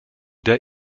der